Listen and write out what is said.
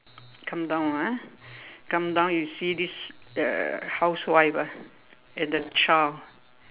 come down ah come down you see this the housewife ah and the child